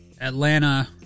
Atlanta